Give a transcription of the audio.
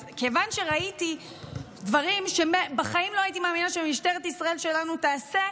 אז כיוון שראיתי דברים שבחיים לא הייתי מאמינה שמשטרת ישראל שלנו תעשה,